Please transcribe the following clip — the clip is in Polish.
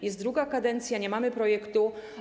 Jest druga kadencja, nie mamy projektu.